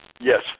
Yes